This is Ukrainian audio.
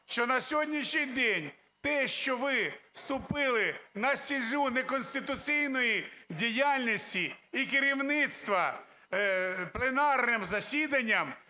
що на сьогоднішній день те, що ви вступили на стезю неконституційної діяльності, і керівництво пленарним засіданням